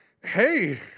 hey